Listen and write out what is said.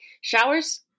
showers